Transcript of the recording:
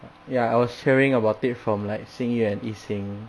ya I was hearing about it from like xing yue and yi xing